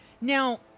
Now